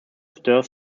stirs